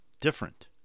different